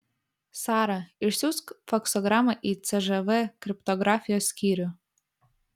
sara išsiųsk faksogramą į cžv kriptografijos skyrių